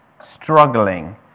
struggling